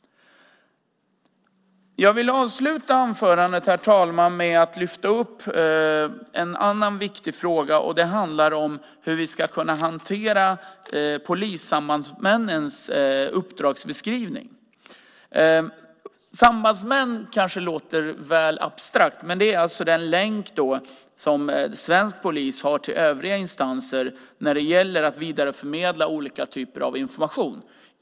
Jag vill avsluta anförandet, herr talman, med att lyfta fram en annan viktig fråga. Det handlar om hur vi ska kunna hantera polissambandsmännens uppdragsbeskrivning. Sambandsmän kanske låter väl abstrakt, men de är alltså den länk som svensk polis har till övriga instanser för att vidareförmedla olika typer av information.